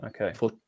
Okay